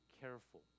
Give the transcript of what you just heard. careful